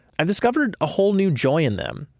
i've discovered a whole new joy in them.